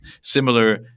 similar